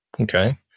Okay